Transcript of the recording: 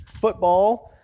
football